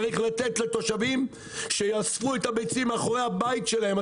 צריך לתת לתושבים שיאספו את הביצים מאחורי הבית שלהם.